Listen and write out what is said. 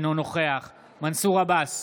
אינו נוכח מנסור עבאס,